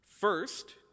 First